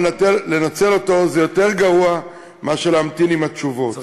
לנצל אותו זה יותר גרוע מאשר להמתין עם התשובות.